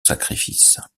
sacrifice